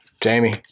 Jamie